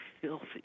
filthy